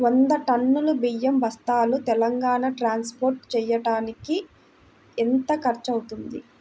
వంద టన్నులు బియ్యం బస్తాలు తెలంగాణ ట్రాస్పోర్ట్ చేయటానికి కి ఎంత ఖర్చు అవుతుంది?